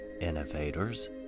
innovators